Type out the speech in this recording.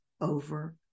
over